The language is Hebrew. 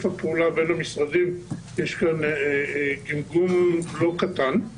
הפעולה בין המשרדים יש כאן גמגום לא קטן.